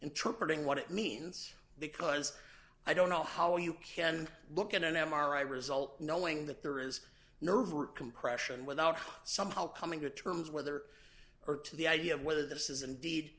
tripling what it means because i don't know how you can look at an m r i result knowing that there is no root compression without somehow coming to terms whether or to the idea of whether this is indeed